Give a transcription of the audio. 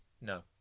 No